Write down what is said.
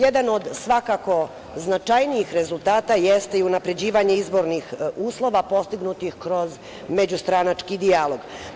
Jedan od svakako značajnijih rezultata jeste i unapređivanje izbornih uslova postignutih kroz međustranački dijalog.